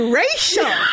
racial